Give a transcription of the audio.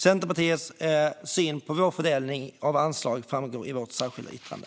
Vår syn på fördelningen av anslag framgår i vårt särskilda yttrande.